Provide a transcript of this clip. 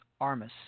Armas